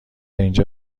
اینجا